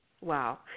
Wow